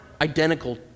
identical